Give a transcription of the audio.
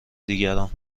دیگران